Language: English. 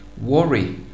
worry